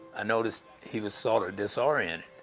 i noticed he was sort of disoriented,